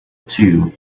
two